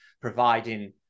providing